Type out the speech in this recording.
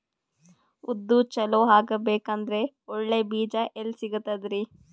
ಉದ್ದು ಚಲೋ ಆಗಬೇಕಂದ್ರೆ ಒಳ್ಳೆ ಬೀಜ ಎಲ್ ಸಿಗತದರೀ?